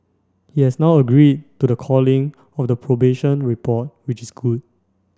he has now agreed to the calling of the probation report which is good